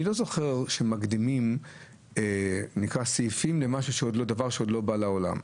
אני לא זוכר שמקדימים סעיפים לדבר שעוד לא בא לעולם.